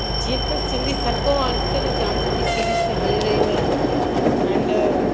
जीअं त सिंधी सर को आदित्य त जामु सिंधी सिरीज हली रहियूं आहिनि एंड